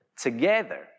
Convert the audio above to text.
together